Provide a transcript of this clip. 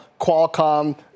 Qualcomm